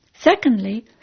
Secondly